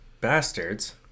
bastards